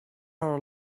are